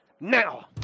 now